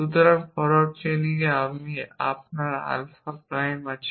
সুতরাং forward chaining এ আপনার আলফা প্রাইম আছে